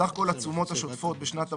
(1)סך כל התשומות השוטפות בשנת הבסיס,